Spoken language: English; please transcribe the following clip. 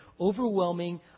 overwhelming